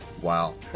Wow